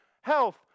health